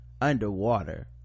underwater